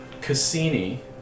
Cassini